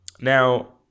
Now